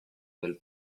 del